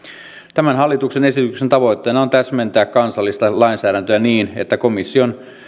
tämän hallituksen esityksen tavoitteena on täsmentää kansallista lainsäädäntöä niin että komission